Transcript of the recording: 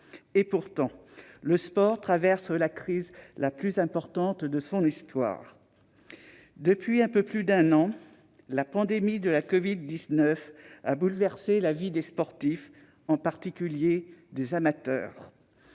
Pourtant, le sport traverse la crise la plus importante de son histoire. Depuis un peu plus d'un an, la pandémie de la covid-19 a bouleversé la vie des sportifs, en particulier celle des amateurs.